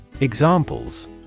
Examples